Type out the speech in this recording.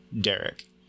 Derek